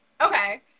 Okay